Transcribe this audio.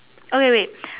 oh wait wait